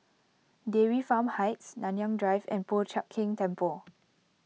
Dairy Farm Heights Nanyang Drive and Po Chiak Keng Temple